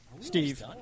Steve